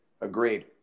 Agreed